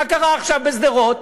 מה קרה עכשיו בשדרות?